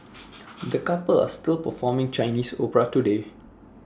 the couple are still performing Chinese opera today